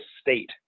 state